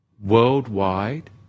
Worldwide